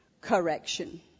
correction